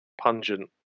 pungent